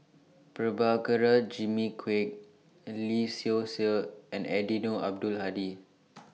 Prabhakara Jimmy Quek Lee Seow Ser and Eddino Abdul Hadi